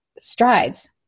strides